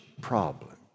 problem